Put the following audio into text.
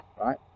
right